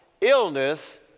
illness